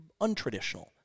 untraditional